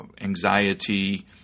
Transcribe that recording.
anxiety